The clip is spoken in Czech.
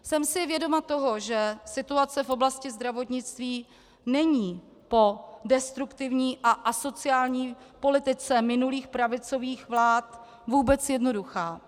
Jsem si vědoma toho, že situace v oblasti zdravotnictví není po destruktivní a asociální politice minulých pravicových vlád vůbec jednoduchá.